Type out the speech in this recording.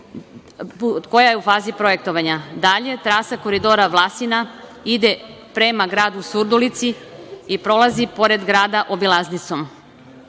koja je u fazi projektovanja. Dalje, trasa Koridora Vlasina ide prema gradu Surdulici i prolazi pored grada obilaznicom.